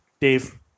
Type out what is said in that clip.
Dave